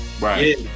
Right